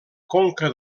conca